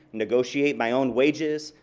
negotiate my own wages,